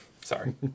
Sorry